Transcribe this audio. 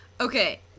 okay